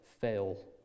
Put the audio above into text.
fail